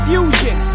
Fusion